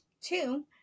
Two